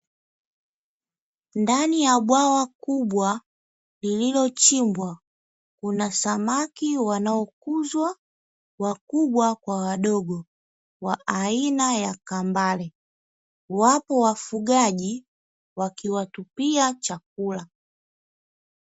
Ndani ya bwawa kubwa lililochimbwa, Kuna samaki wanaokuzwa wakubwa na wadogo wapo wafugaji wanao watupia chakula.